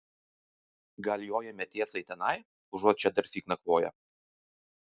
gal jojame tiesiai tenai užuot čia darsyk nakvoję